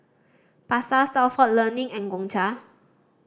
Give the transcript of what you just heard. Pasar Stalford Learning and Gongcha